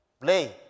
Play